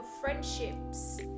friendships